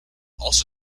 also